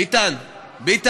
ביטן?